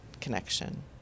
connection